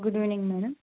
good evening madam